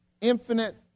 infinite